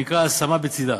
מה שנקרא "השמה בצדה".